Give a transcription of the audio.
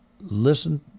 listen